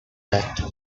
that